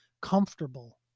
comfortable